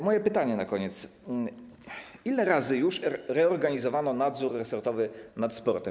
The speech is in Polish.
Moje pytanie na koniec: Ile razy już reorganizowano nadzór resortowy nad sportem?